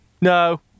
No